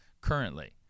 currently